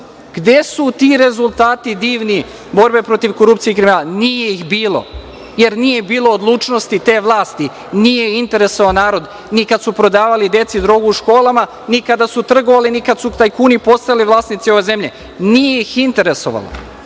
Gde su ti rezultati divni borbe protiv korupcije i kriminala? Nije ih bilo, jer nije bilo odlučnosti te vlasti. Nije interesovalo narod ni kad su prodavali deci drogu u školama, ni kada su trgovali, ni kada su tajkuni postali vlasnici ove zemlje. Nije ih interesovalo,